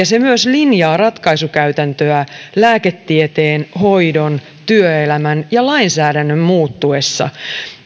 se myös linjaa ratkaisukäytäntöä lääketieteen hoidon työelämän ja lainsäädännön muuttuessa